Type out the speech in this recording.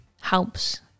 helps